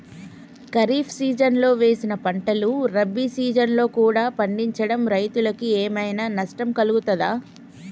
ఖరీఫ్ సీజన్లో వేసిన పంటలు రబీ సీజన్లో కూడా పండించడం రైతులకు ఏమైనా నష్టం కలుగుతదా?